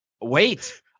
wait